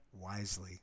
wisely